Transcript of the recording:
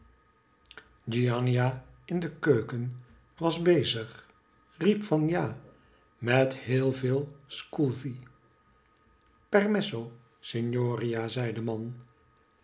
giannina in de keuken was bezig riep van ja met heel veel scusi permesso signoria zei de man